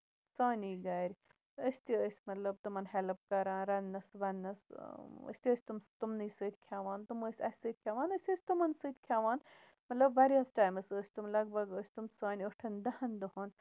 سانی گرِ تہٕ أسۍ تہِ ٲسۍ مطلب تِمن ہٮ۪لٔپ کران رَنٕنَس وَنٕنَس أسۍ تہِ ٲسۍ تِم تِمنٕے سۭتۍ کھٮ۪وان تِم ٲسۍ اَسہِ سۭتۍ کھٮ۪وان أسۍ ٲسۍ تِمَن سۭتۍ کھٮ۪وان مطلب واریاہَس ٹایَمس ٲسۍ تِم لَگ بگ ٲسۍ تِم سانہِ ٲٹھن دہَن دۄہَن